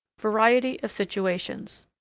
variety of situations.